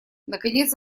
наконец